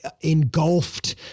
engulfed